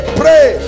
pray